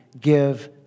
give